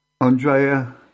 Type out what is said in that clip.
Andrea